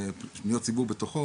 ופניות הציבור בתוכו,